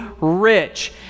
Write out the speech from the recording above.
rich